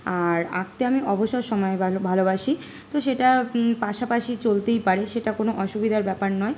আর আঁকতে আমি অবসর সময়ে ভালোবাসি তো সেটা পাশাপাশি চলতেই পারে সেটা কোনো অসুবিধার ব্যাপার নয়